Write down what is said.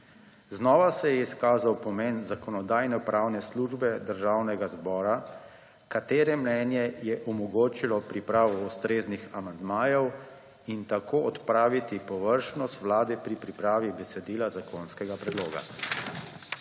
Znova se je izkazal pomen Zakonodajno-pravne službe Državnega zbora, katere mnenje je omogočilo pripravo ustreznih amandmajev in tako odpraviti površnost vlade pri pripravi besedila zakonskega predloga.